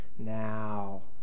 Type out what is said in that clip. Now